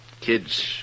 Kids